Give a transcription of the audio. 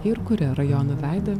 ir kuria rajono veidą